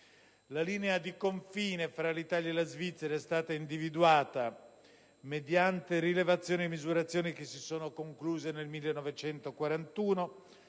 La linea di confine tra l'Italia e la Svizzera è stata individuata mediante rilevazioni e misurazioni che si sono concluse nel 1941,